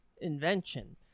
invention